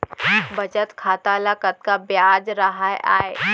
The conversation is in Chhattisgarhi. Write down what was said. बचत खाता ल कतका ब्याज राहय आय?